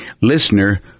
listener